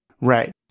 Right